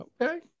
Okay